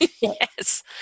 Yes